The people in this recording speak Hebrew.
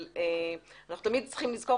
אבל אנחנו תמיד צריכים לזכור,